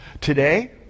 Today